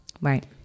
Right